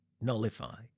nullify